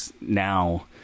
now